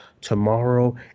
tomorrow